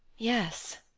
yes,